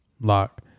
lock